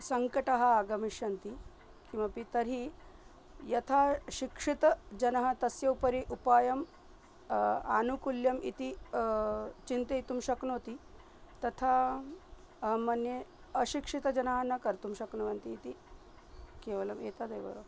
सङ्कटानि आगमिष्यन्ति किमपि तर्हि यथा शिक्षितजनाः तस्य उपरि उपायम् आनुकूल्यम् इति चिन्तयितुं शक्नोति तथा अहं मन्ये अशिक्षितजनाः न कर्तुं शक्नुवन्ति इति केवलम् एतदेव